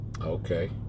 Okay